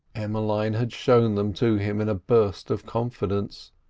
emmeline had shown them to him in a burst of confidence.